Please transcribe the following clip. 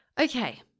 Okay